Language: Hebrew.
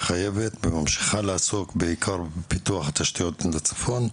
חייבת וממשיכה לעסוק בעיקר בפיתוח התשתיות לצפון,